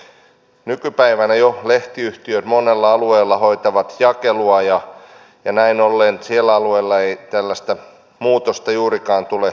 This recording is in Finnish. jo nykypäivänä lehtiyhtiöt monella alueella hoitavat jakelua ja näin ollen niillä alueilla ei tällaista muutosta juurikaan tule tapahtumaan